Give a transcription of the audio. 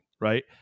Right